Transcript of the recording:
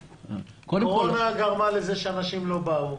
קורונה גרמה לזה שאנשים לא באו,